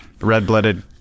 red-blooded